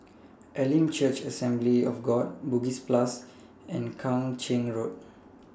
Elim Church Assembly of God Bugis Plus and Kang Ching Road